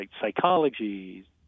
psychology